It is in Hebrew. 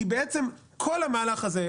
בעצם כל המהלך הזה,